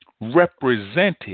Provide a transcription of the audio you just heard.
represented